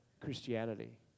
Christianity